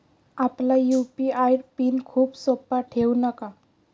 आपला UPI pin खूप सोपा ठेवू नका